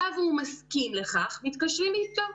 היה והוא מסכים לכך, מתקשרים אותו.